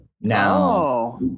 now